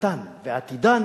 הצלחתן ועתידן